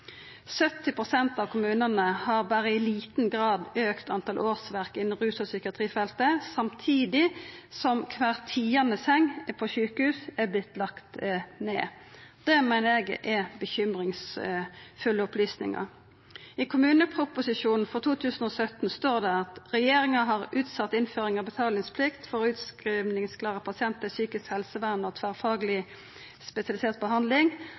pst. av kommunane har berre i liten grad auka talet på årsverk innanfor rus- og psykiatrifeltet, samtidig som kvar tiande seng på sjukehus har vorte lagt ned. Dette meiner eg er urovekkjande opplysningar. I kommuneproposisjonen for 2017 står det at regjeringa har utsett innføring av betalingsplikt for utkrivingsklare pasientar i psykisk helsevern og tverrfagleg spesialisert behandling,